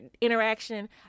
interaction